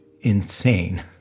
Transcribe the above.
insane